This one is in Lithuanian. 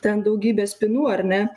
ten daugybe spynų ar ne